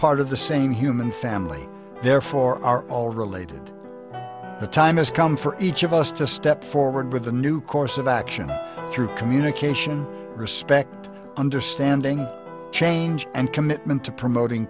part of the same human family therefore are all related the time has come for each of us to step forward with a new course of action through communication respect understanding change and commitment to promoting